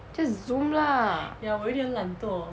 just zoom lah